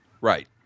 Right